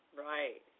Right